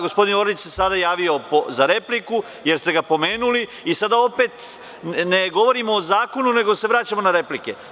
Gospodin Orlić se sada javio za repliku, jer ste ga pomenuli i sada opet, ne govorimo o zakonu, nego se vraćamo na replike.